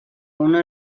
una